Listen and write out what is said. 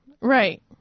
Right